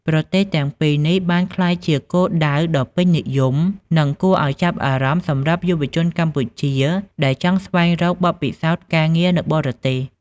ប្រទេសទាំងពីរនេះបានក្លាយជាគោលដៅដ៏ពេញនិយម និងគួរឱ្យចាប់អារម្មណ៍សម្រាប់យុវជនកម្ពុជាដែលចង់ស្វែងរកបទពិសោធន៍ការងារនៅបរទេស ។